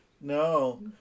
No